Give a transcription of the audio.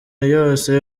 yose